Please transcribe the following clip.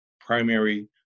primary